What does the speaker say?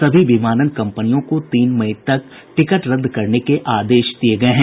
सभी विमानन कम्पनियों को तीन मई तक टिकट रद्द करने के आदेश दिये गये हैं